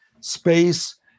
space